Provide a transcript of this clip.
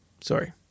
sorry